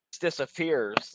disappears